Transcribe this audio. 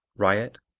riot,